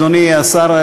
אדוני השר,